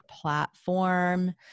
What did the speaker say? platform